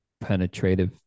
penetrative